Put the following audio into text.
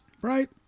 Right